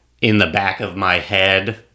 in-the-back-of-my-head